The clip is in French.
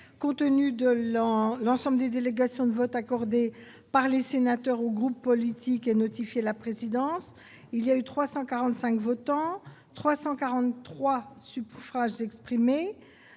Compte-tenu de l'homme, l'ensemble des délégations de vote accordé par les sénateurs, ou groupe politique a notifié la présidence il y a eu 345 votants, 343 support phrase